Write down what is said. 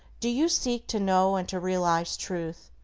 do you seek to know and to realize truth?